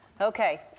Okay